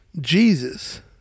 Jesus